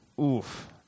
Oof